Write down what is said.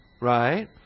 right